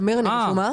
טמיר, אני רשומה?